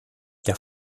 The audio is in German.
der